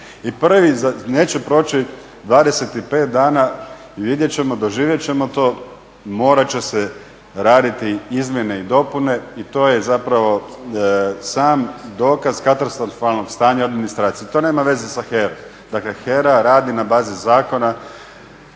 prvi, neće proći 25 dana i vidjet ćemo, doživjet ćemo to, morat će se raditi izmjene i dopune i to je zapravo sam dokaz katastrofalnog stanja administracije. To nema veze sa HERA-om, dakle HERA radi na bazi zakona